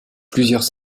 plusieurs